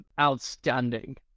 outstanding